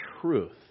truth